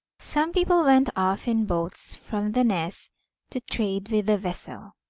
some people went off in boats from the ness to trade with the vessel.